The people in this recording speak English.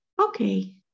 okay